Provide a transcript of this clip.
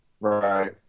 Right